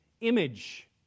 image